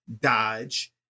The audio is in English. dodge